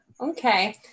Okay